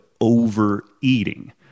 overeating